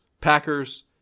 Packers